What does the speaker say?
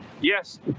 Yes